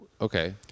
Okay